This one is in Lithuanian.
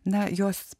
na jos